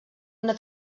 una